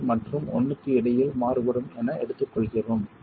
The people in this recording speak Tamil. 75 மற்றும் 1 க்கு இடையில் மாறுபடும் என எடுத்துக்கொள்கிறோம்